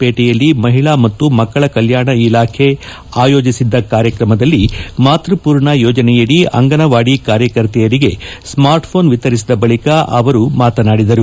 ಪೇಟೆಯಲ್ಲಿ ಮಹಿಳಾ ಮತ್ತು ಮಕ್ಕಳ ಕಲ್ನಾಣ ಇಲಾಖೆ ಆಯೋಜಿಸಿದ್ದ ಕಾರ್ಯಕ್ರಮದಲ್ಲಿ ಮಾತ್ಸಸೂರ್ಣ ಯೋಜನೆಯಡಿ ಅಂಗನವಾಡಿ ಕಾರ್ಯಕರ್ತೆಯರಿಗೆ ಸ್ನಾರ್ಟ್ ಫೋನ್ ವಿತರಿಸಿದ ಬಳಿಕ ಅವರು ಮಾತನಾಡಿದರು